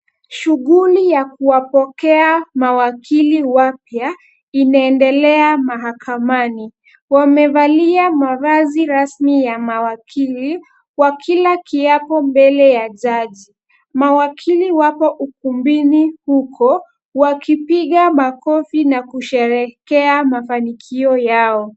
Shughuli ya kuwapokea mawakili wapya inaendelea mahakamani. Wamevalia mavazi rasmi ya mawakili, Wakila kiapo mbele ya jaji. Mawakili wapo ukumbini, huko, wakipiga makofi na kusherehekea mafanikio yao.